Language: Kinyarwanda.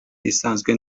isanzwe